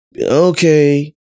okay